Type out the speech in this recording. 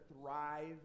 thrive